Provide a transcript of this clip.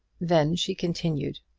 then she continued,